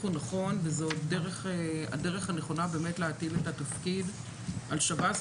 הוא נכון וזו הדרך הנכונה באמת להטיל את התפקיד על שב"ס,